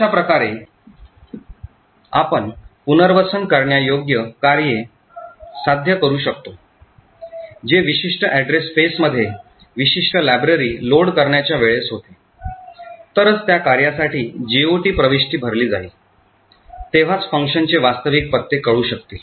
अशाप्रकारे आपण पुनर्वसन करण्यायोग्य कार्ये साध्य करू शकतो जे विशिष्ट अॅड्रेस स्पेसमध्ये विशिष्ट लायब्ररी लोड करण्याच्या वेळेस होते तरच त्या कार्यासाठी जीओटी प्रविष्टी भरली जाईल तेव्हाच फंक्शनचे वास्तविक पत्ते कळू शकतील